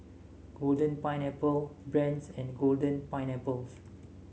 Golden Pineapple Brand's and Golden Pineapple